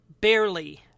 barely